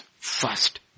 First